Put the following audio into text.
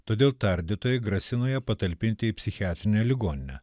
todėl tardytojai grasino ją patalpinti į psichiatrinę ligoninę